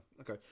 okay